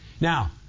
Now